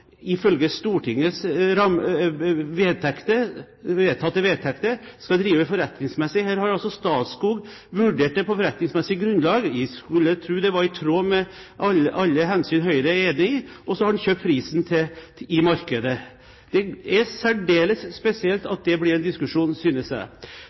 ifølge Stortingets vedtak skal drive forretningsmessig, vurdert det på forretningsmessig grunnlag – man skulle tro det var i tråd med alle hensyn Høyre er enig i – og så har man kjøpt skogen til prisen i markedet. Det er særdeles spesielt